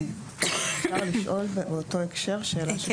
אפשר לשאול באותו הקשר שאלה שקשורה לחוק?